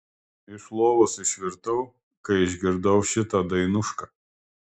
iš lovos išvirtau kai išgirdau šitą dainušką